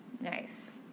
Nice